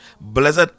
Blessed